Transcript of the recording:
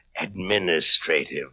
administrative